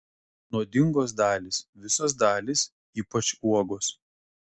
nuodingos dalys visos dalys ypač uogos